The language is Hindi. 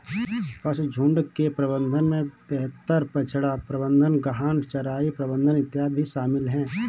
पशुझुण्ड के प्रबंधन में बेहतर बछड़ा प्रबंधन, गहन चराई प्रबंधन इत्यादि भी शामिल है